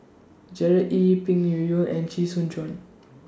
Gerard Ee Peng Yuyun and Chee Soon Juan